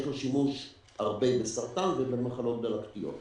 יש לו שימוש הרבה בסרטן ובמחלות דלקתיות.